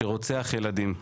שרוצח ילדים,